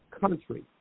country